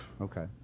Okay